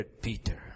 Peter